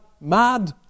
mad